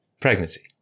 pregnancy